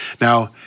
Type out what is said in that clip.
Now